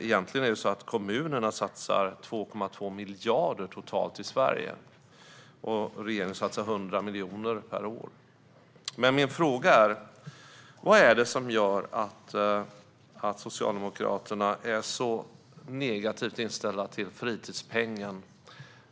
Egentligen är det så att kommunerna satsar 2,2 miljarder totalt i Sverige medan regeringen satsar 100 miljoner per år. Min fråga är vad det är som gör att Socialdemokraterna är så negativt inställda till fritidspengen.